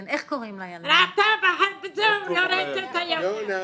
וזהו, לא ראיתי אותה יותר.